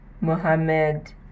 Mohammed